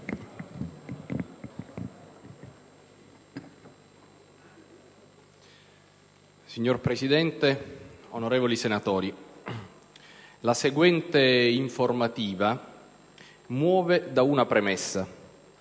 Signor Presidente, onorevoli senatori, la seguente informativa muove da una premessa: